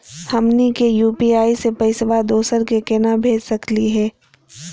हमनी के यू.पी.आई स पैसवा दोसरा क केना भेज सकली हे?